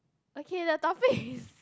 okay the topic is